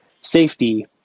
safety